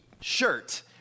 shirt